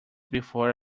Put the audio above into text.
before